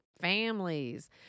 families